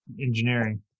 engineering